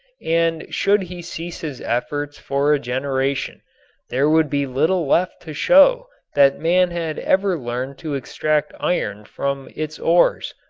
and should he cease his efforts for a generation there would be little left to show that man had ever learned to extract iron from its ores.